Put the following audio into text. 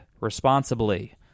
responsibly